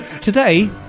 Today